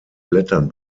blättern